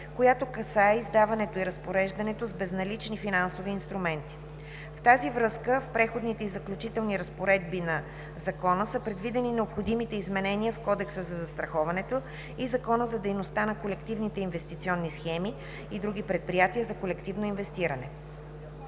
която касае издаването и разпореждането с безналични финансови инструменти. В тази връзка, в „Преходните и заключителните разпоредби“ на Закона са предвидени необходимите изменения в Кодекса за застраховането и Закона за дейността на колективните инвестиционни схеми и други предприятия за колективно инвестиране.